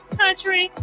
country